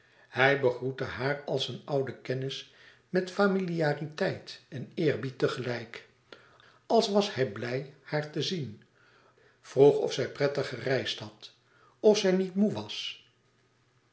hij begroette haar als een oude kennis met familiariteit en eerbied tegelijk als was hij blij haar te zien vroeg of zij prettig gereisd had of zij niet moê was